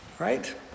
Right